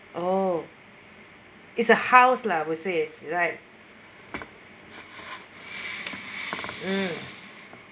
oh is a house lah I would say like if you like mm